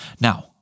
Now